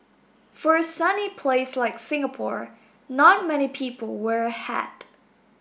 for a sunny place like Singapore not many people wear a hat